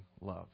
love